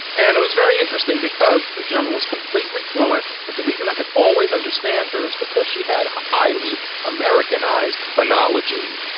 and it was very interesting because the german was completely fluent. but the reason i can always understand her is because she had highly americanized phonology,